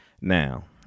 Now